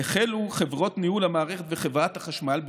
החלו חברות ניהול המערכת וחברת החשמל,